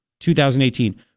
2018